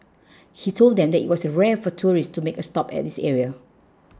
he told them that it was rare for tourists to make a stop at this area